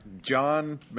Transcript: John